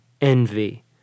envy